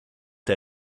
der